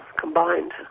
combined